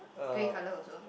grey colour also